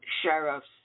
sheriffs